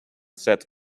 set